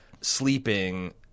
sleeping